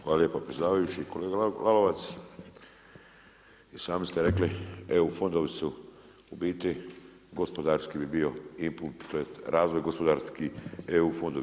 Hvala lijepo predsjedavajući, kolega Lalovac, i sami ste rekli EU fondovi su u biti, gospodarski bi bio imput, tj. razvoj gospodarski EU fondovi.